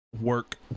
work